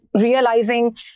realizing